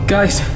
Guys